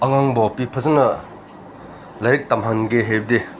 ꯑꯉꯥꯡ ꯅꯨꯄꯤ ꯐꯖꯅ ꯂꯥꯏꯔꯤꯛ ꯇꯝꯍꯟꯒꯦ ꯍꯥꯏꯔꯗꯤ